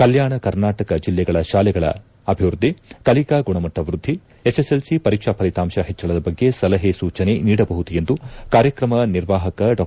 ಕಲ್ಯಾಣ ಕರ್ನಾಟಕ ಜಿಲ್ಲೆಗಳ ಶಾಲೆಗಳ ಅಭಿವೃದ್ಧಿ ಕಲಿಕಾ ಗುಣಮಟ್ಟ ವೃದ್ಧಿ ಎಸ್ಸೆಸ್ಸೆಲ್ಲಿ ಪರೀಕ್ಷಾ ಫಲಿತಾಂಶ ಹೆಚ್ಚಳದ ಬಗ್ಗೆ ಸಲಹೆ ಸೂಚನೆ ನೀಡಬಹುದು ಎಂದು ಕಾರ್ಯಕ್ರಮ ನಿರ್ವಾಪಕರಾದ ಡಾ